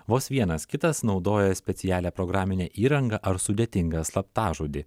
vos vienas kitas naudoja specialią programinę įrangą ar sudėtingą slaptažodį